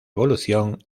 evolución